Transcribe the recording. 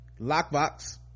Lockbox